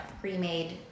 pre-made